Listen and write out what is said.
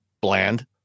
bland